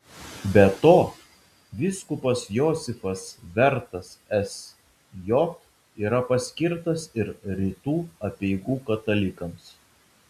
be to vyskupas josifas vertas sj yra paskirtas ir rytų apeigų katalikams